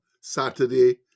Saturday